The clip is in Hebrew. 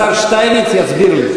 השר שטייניץ יסביר לי.